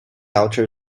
outer